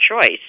choice